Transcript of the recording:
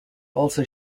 also